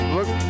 Look